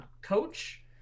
coach